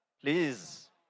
please